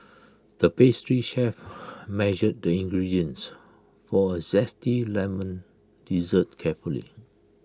the pastry chef measured the ingredients for A Zesty Lemon Dessert carefully